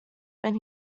when